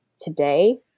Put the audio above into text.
today